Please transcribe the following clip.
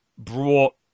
brought